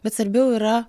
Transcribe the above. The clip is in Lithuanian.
bet svarbiau yra